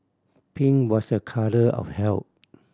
pink was a colour of health